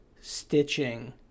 stitching